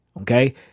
Okay